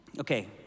Okay